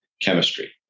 chemistry